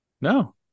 No